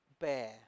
bear